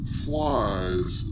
flies